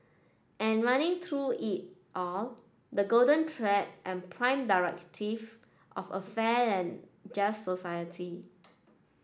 and running through it all the golden thread and prime directive of a fair and just society